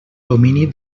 domini